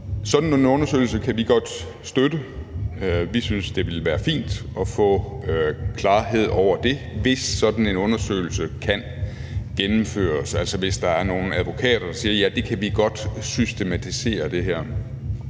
Sådan en undersøgelse kan vi godt støtte. Vi synes, at det ville være fint at få klarhed over det, og hvis sådan en undersøgelse kan gennemføres, altså hvis der er nogle advokater, der siger, at de godt kan systematisere det her,